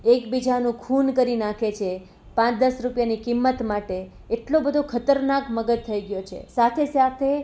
એકબીજાનું ખૂન કરી નાખે છે પાંચ દસ રૂપિયાની કિંમત માટે એટલો બધો ખતરનાક મગજ થઈ ગયો છે સાથે સાથે